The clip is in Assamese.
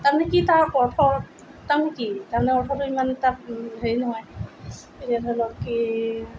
তাৰমানে কি তাৰ অৰ্থ তাৰমানে কি তাৰমানে অৰ্থটো ইমান এটা হেৰি নহয় এতিয়া ধৰি লওক কি